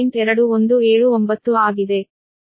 2179 ಆಗಿದೆ